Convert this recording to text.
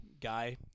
guy